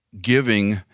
giving